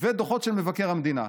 ודוחות של מבקר המדינה.